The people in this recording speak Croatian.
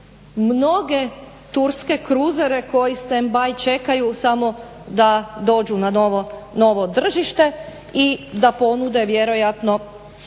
mnoge turske kruzere koji stand by čekaju samo da dođu na novo tržište i da ponude vjerojatno svoje